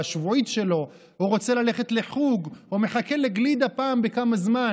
השבועית שלו או רוצה ללכת לחוג או מחכה לגלידה פעם בכמה זמן.